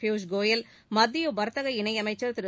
பியூஷ்கோயல் மத்தியவர்த்தக இணையமைச்சர் திரு